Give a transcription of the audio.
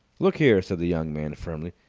look here, said the young man, firmly,